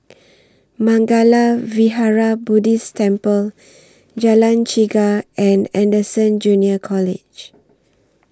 Mangala Vihara Buddhist Temple Jalan Chegar and Anderson Junior College